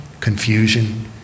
confusion